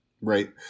Right